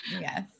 Yes